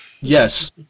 yes